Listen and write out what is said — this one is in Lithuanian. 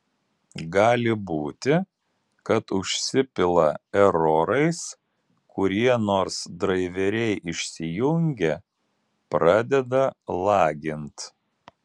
gali būti kad užsipila erorais kurie nors draiveriai išsijungia pradeda lagint